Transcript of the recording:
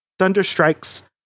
Thunderstrike's